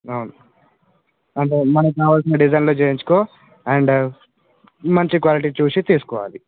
అవును అంటే మనకు కావలిసిన డిజైన్లో చేయించుకో అండ్ మంచి క్వాలిటీ చూసి తీసుకోవాలి